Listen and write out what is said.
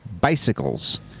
Bicycles